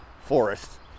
forest